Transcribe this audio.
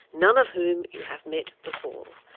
none of whom you have met before.